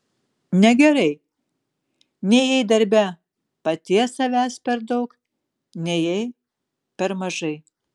negerai nei jei darbe paties savęs per daug nei jei per mažai